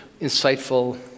insightful